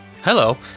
Hello